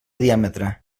diàmetre